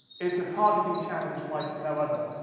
it's a targeting challenge like no other.